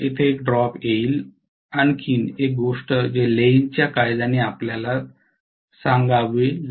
म्हणून तेथे एक ड्रॉप येईल आणि आणखी एक गोष्ट जे लेन्झच्या Lenz's कायद्याने आपल्याला सांगावे